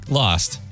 lost